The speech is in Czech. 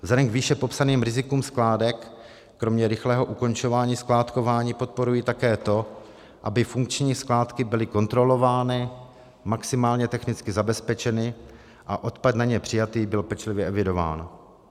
Vzhledem k výše popsaným rizikům skládek kromě rychlého ukončování skládkování podporuji také to, aby funkční skládky byly kontrolovány, maximálně technicky zabezpečeny a odpad na ně přijatý byl pečlivě evidován.